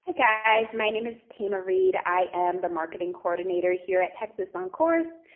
ah guys. my name is thema reed. i am the marketing coordinator here at texas oncourse.